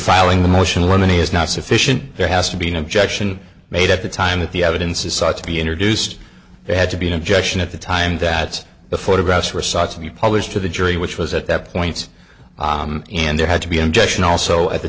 filing the motion woman is not sufficient there has to be an objection made at the time that the evidence is sought to be introduced they had to be an objection at the time that the photographs were sought to be published to the jury which was at that point and there had to be an objection also at the